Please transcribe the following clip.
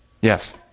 Yes